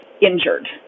injured